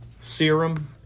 Serum